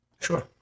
Sure